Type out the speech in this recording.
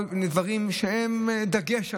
דברים שבהם שמו דגש.